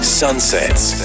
sunsets